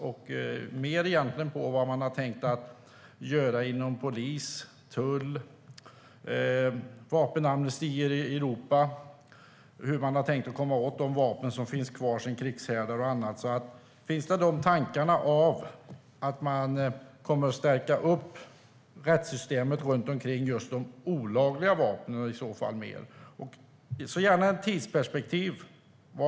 Jag skulle vilja höra vad man har tänkt göra inom polis och tull, hur man tänker angående vapenamnestier i Europa och hur man har tänkt komma åt de vapen som finns kvar sedan krigshärdar och annat. Finns det tankar på att stärka upp rättssystemet när det gäller de olagliga vapnen? Jag vill alltså gärna få höra om tidsperspektivet på detta.